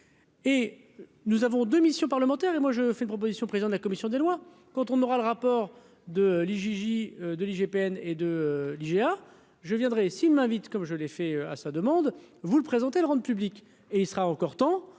Et nous avons de mission parlementaire et moi je fais une proposition : président de la commission des lois, quand on aura le rapport. De l'Gigi de l'IGPN et de l'IGA je viendrai s'ils m'invitent, comme je l'ai fait. ça demande vous le présenter le rende public et il sera encore temps